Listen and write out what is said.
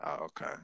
Okay